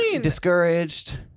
discouraged